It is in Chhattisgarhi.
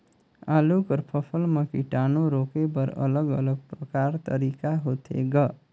आलू कर फसल म कीटाणु रोके बर अलग अलग प्रकार तरीका होथे ग?